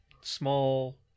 small